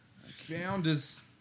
Founders